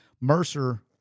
Mercer